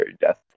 death